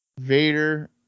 Vader